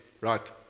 right